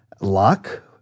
luck